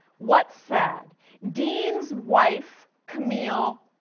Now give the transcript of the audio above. what's sad dean's wife, camille,